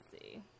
see